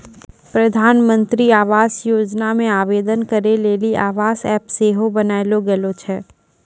प्रधानमन्त्री आवास योजना मे आवेदन करै लेली आवास ऐप सेहो बनैलो गेलो छै